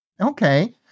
Okay